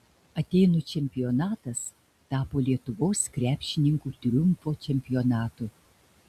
atėnų čempionatas tapo lietuvos krepšininkų triumfo čempionatu